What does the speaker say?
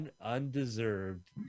Undeserved